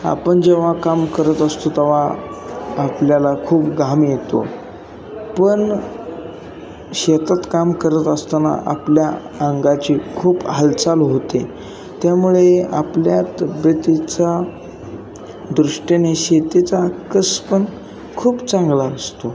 आपण जेव्हा काम करत असतो तेव्हा आपल्याला खूप घाम येतो पण शेतात काम करत असताना आपल्या अंगाची खूप हालचाल होते त्यामुळे आपल्या तब्येतीचा दृष्टीने शेतीचा कस पण खूप चांगला असतो